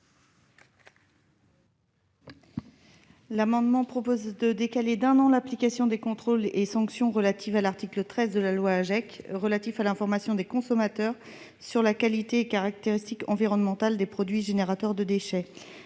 amendement vise à retarder d'un an l'application des contrôles et sanctions prévus à l'article 13 de la loi AGEC, relatif à l'information des consommateurs sur les qualités et caractéristiques environnementales des produits générateurs de déchets.